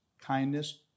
kindness